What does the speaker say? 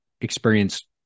experience